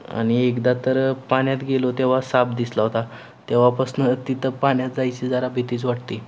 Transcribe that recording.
आणि एकदा तर पाण्यात गेलो तेव्हा साप दिसला होता तेव्हापासून तिथं पाण्यात जायची जरा भीतीच वाटते